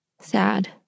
Sad